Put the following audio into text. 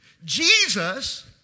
Jesus